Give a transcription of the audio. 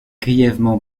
grièvement